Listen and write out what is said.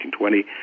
1920